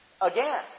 Again